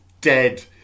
dead